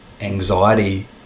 anxiety